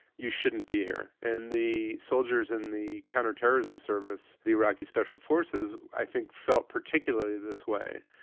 you shouldn't be here. and the soldiers in the counter-terrorism service, the iraqi special forces, i think felt particularly this way.